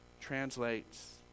translates